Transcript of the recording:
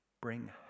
Bring